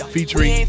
Featuring